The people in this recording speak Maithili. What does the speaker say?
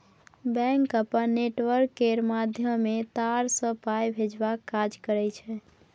बैंक अपन नेटवर्क केर माध्यमे तार सँ पाइ भेजबाक काज करय छै